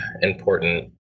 important